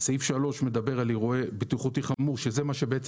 סעיף (3) מדבר על אירוע בטיחותי חמור שזה מה שבעצם